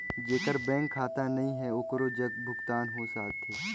जेकर बैंक खाता नहीं है ओकरो जग भुगतान हो जाथे?